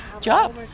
job